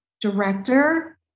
director